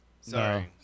Sorry